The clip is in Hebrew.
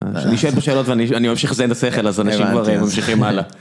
אני שואל פה שאלות ואני ממשיך לזיין את השכל, אז אנשים כבר ממשיכים הלאה